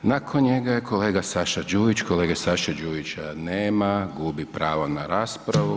Nakon njega je kolega Saša Đujić, kolege Saše Đujića nema, gubi pravo na raspravu.